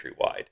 countrywide